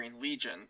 Legion